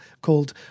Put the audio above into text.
called